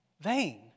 Vain